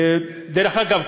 דרך אגב,